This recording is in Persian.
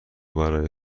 برای